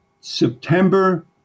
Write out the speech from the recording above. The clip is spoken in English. September